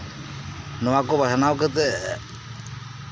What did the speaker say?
ᱱᱚᱣᱟ ᱠᱚ ᱵᱟᱪᱷᱱᱟᱣ ᱠᱟᱛᱮ